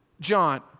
John